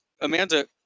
Amanda